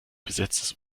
besetztes